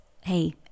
hey